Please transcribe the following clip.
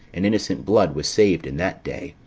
and innocent blood was saved in that day.